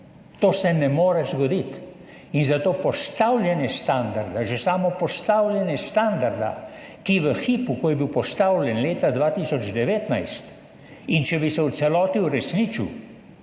To se ne more zgoditi. In zato postavljanje standarda, že samo postavljanje standarda, ki v hipu, ko je bil postavljen leta 2019, če bi se v celoti uresničil,